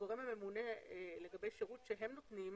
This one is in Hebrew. הגורם הממונה לגבי שירות שהם נותנים,